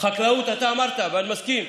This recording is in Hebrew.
אמרת, ואני מסכים: